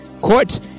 court